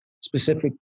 specific